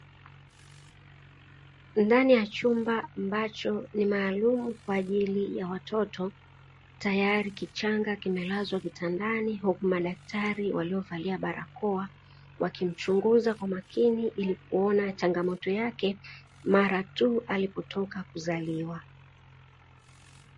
Ndani ya chumba ambacho ni maalumu kwa ajili ya watoto tayari kichanga kimelazwa kitandani huku madaktari waliovalia barakoa wakimchunguza kwa makini ili kuona changamoto yake mara tu alipotoka kuzaliwa.